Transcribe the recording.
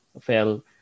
fell